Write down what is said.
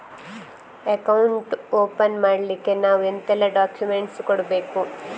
Account open ಮಾಡ್ಲಿಕ್ಕೆ ನಾವು ಎಂತೆಲ್ಲ ಡಾಕ್ಯುಮೆಂಟ್ಸ್ ಕೊಡ್ಬೇಕು?